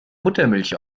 muttermilch